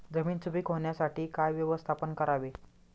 जमीन सुपीक होण्यासाठी काय व्यवस्थापन करावे?